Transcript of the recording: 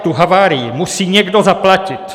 Tu havárii musí někdo zaplatit.